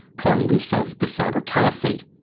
calling themselves the cyber caliphate.